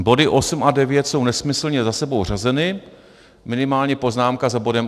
Body 8 a 9 jsou nesmyslně za sebou řazeny, minimálně poznámka za bodem 8.